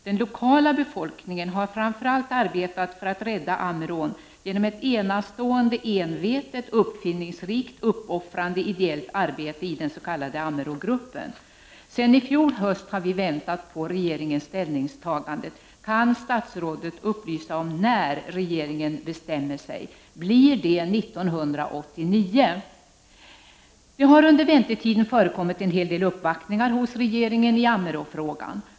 Den lokala befolkningen har framför allt arbetat för att rädda Ammerån genom ett enastående envetet, uppfinningsrikt och uppoffrande ideellt arbete i den s.k. Ammerågruppen. Sedan i fjol höst har vi väntat på regeringens ställningstagande. Kan statsrådet upplysa om när regeringen bestämmer sig. Blir det 1989? Det har under väntetiden förekommit en hel del uppvaktningar hos regeringen i Ammeråfrågan.